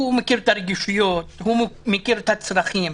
הוא מכיר את הרגישויות, הוא מכיר את הצרכים.